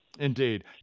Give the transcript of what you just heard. Indeed